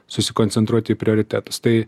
susikoncentruoti prioritetus tai